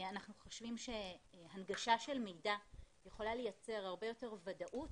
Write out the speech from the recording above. אנחנו חושבים שהנגשה של מידע יכולה לייצר הרבה יותר ודאות,